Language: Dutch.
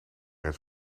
eens